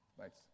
Thanks